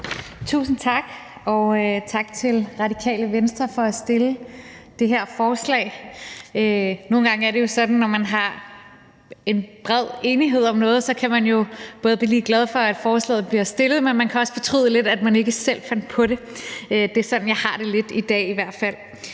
Tusind tak, og tak til Radikale Venstre for at fremsætte det her forslag. Nogle gange er det jo sådan, når man har en bred enighed om noget, at man både kan blive glad for, at et forslag bliver fremsat, men man kan også fortryde lidt, at man ikke selv fandt på det. Det er sådan, jeg har det lidt i dag i hvert fald.